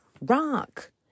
Rock